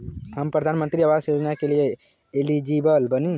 हम प्रधानमंत्री आवास योजना के लिए एलिजिबल बनी?